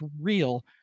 real